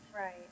Right